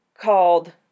called